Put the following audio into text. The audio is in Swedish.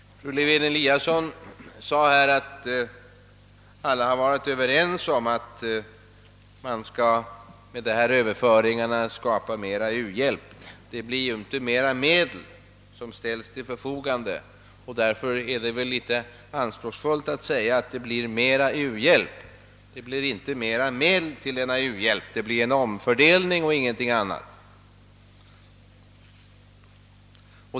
Fru Lewén-Eliasson sade här att alla har varit överens om att man med dessa Överföringar skall skapa mera uhjälp. Det är litet anspråksfullt att påstå detta. Det ställs ju inte mera medel till förfogande för u-hjälpen; det blir en omfördelning och ingenting annat.